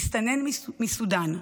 מסתנן מסודן.